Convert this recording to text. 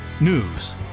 News